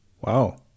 Wow